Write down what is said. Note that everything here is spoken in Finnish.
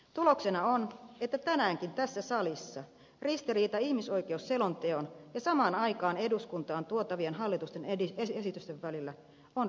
tuloksena on että tänäänkin tässä salissa ristiriita ihmisoikeusselonteon ja samaan aikaan eduskuntaan tuotavien hallituksen esitysten välillä on räikeä